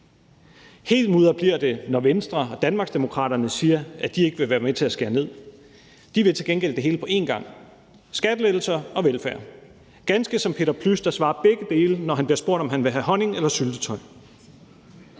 Helt mudret bliver det, når Venstre og Danmarksdemokraterne siger, at de ikke vil være med til at skære ned. De vil til gengæld det hele på en gang – skattelettelser og velfærd – ganske ligesom Peter Plys, der svarer begge dele, når han bliver spurgt, om han vil have honning eller syltetøj.